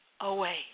away